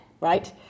right